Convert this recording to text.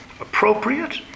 appropriate